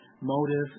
Motive